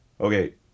Okay